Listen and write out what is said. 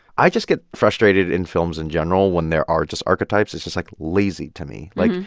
i just get frustrated in films in general when there are just archetypes. it's just, like, lazy to me. like,